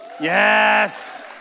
Yes